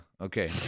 Okay